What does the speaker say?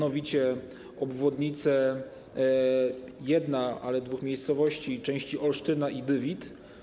Obwodnica jedna, ale dwóch miejscowości - części Olsztyna i Dywit.